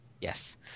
Yes